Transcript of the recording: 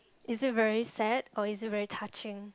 is it very sad or is it very touching